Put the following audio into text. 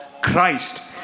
Christ